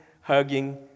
hugging